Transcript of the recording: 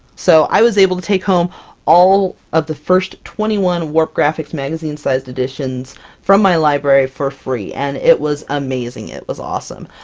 so i was able to take home all of the first twenty one warp graphics magazine-sized editions from my library for free, and it was amazing! it was awesome!